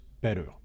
better